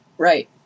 Right